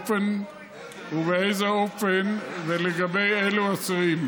באיזה אופן ולגבי אילו אסירים,